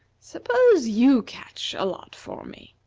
suppose you catch a lot for me.